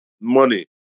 money